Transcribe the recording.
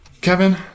Kevin